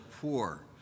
poor